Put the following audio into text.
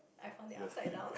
I found it upside down